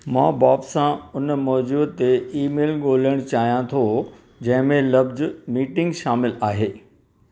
मां बॉब सां उन मौजूअ ते ईमेल ॻोल्हणु चाहियां थो जंहिं में लफ़्ज़ु मीटिंग शामिलु आहे